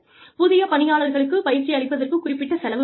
புதிய பணியாளர்களுக்கு பயிற்சியளிப்பதற்கு குறிப்பிட்ட செலவு ஆகிறது